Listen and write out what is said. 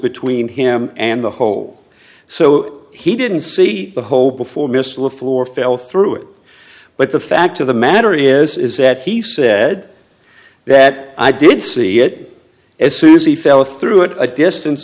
between him and the hole so he didn't see the hole before missler floor fell through it but the fact of the matter is is that he said that i did see it as soon as he fell through it a distance